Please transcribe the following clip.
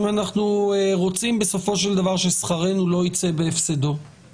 אנחנו רוצים בסופו של דבר ששכרנו לא יצא בהפסדנו.